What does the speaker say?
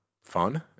fun